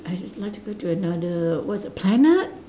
I just like to go to another what is the planet